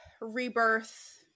rebirth